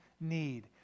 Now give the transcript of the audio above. need